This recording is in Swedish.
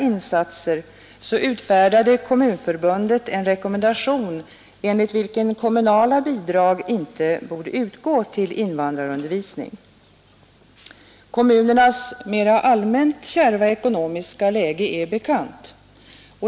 5 december 1972 Kommunernas mera allmänt kärva ekonomiska läge är bekant.